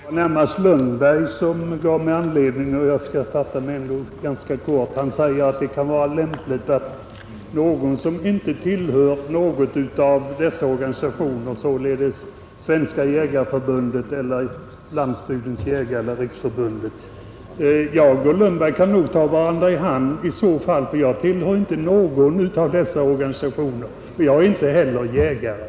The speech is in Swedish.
Herr talman! Det var närmast herr Lundberg som föranledde mig att begära ordet, men jag skall fatta mig ganska kort. Herr Lundberg ansåg att det kunde vara lämpligt att én person som inte tillhör vare sig Svenska jägareförbundet eller Jägarnas riksförbund— Landsbygdens jägare säger något i denna debatt, och i så fall kan herr Lundberg och jag ta varandra i hand. Jag tillhör nämligen inte någon av dessa organisationer, och inte heller är jag jägare.